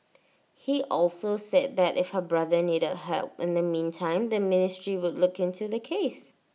he also said that if her brother needed help in the meantime the ministry would look into the case